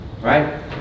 right